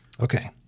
Okay